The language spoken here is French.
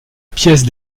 pièce